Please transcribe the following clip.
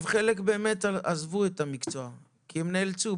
חלקם עזבו את המקצוע כי הם נאלצו,